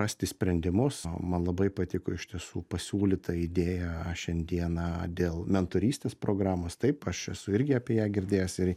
rasti sprendimus man labai patiko iš tiesų pasiūlyta idėja a šiandieną dėl mentorystės programos taip aš esu irgi apie ją girdėjęs ir